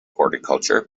horticulture